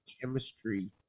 chemistry